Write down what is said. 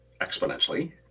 exponentially